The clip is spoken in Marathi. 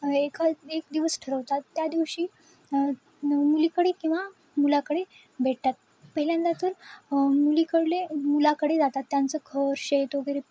एका एक दिवस ठरवतात त्या दिवशी न मुलीकडे किंवा मुलाकडे भेटतात पहिल्यांदा तर मुलीकडले मुलाकडे जातात त्यांचं घर शेत वगैरे